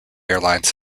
airlines